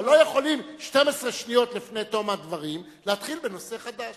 אבל לא יכולים 12 שניות לפני תום הדברים להתחיל נושא חדש,